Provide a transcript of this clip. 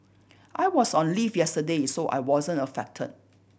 I was on leave yesterday so I wasn't affected